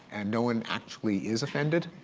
and no one actually is offended.